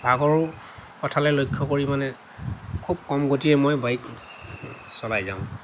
ভাগৰৰ কথালৈ লক্ষ্য কৰি মানে খুব কম গতিৰে মই বাইক চলাই যাওঁ